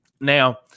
Now